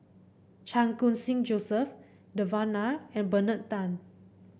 Chan Khun Sing Joseph Devan Nair and Bernard Tan